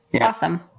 Awesome